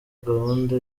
gahunda